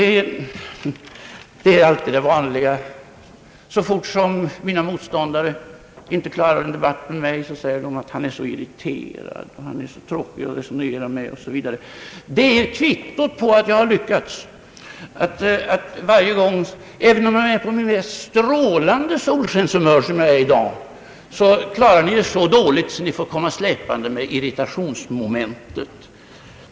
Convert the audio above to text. Ja, det vanliga är att när mina motståndare inte klarar av en debatt med mig säger de att jag är så irriterad, tråkig att resonera med osv. Det är kvittot på att jag har lyckats! Även om jag är på mitt mest strålande solskenshumör, som jag är i dag, klarar ni er så dåligt att ni får komma släpande med irritationsmomentet.